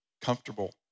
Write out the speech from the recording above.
comfortable